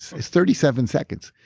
it's thirty seven seconds.